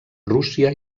rússia